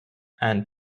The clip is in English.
and